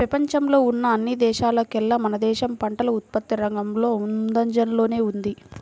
పెపంచంలో ఉన్న అన్ని దేశాల్లోకేల్లా మన దేశం పంటల ఉత్పత్తి రంగంలో ముందంజలోనే ఉంది